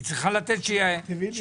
היא צריכה לתת 60%,